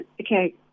okay